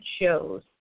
shows